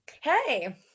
Hey